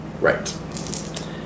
right